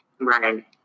Right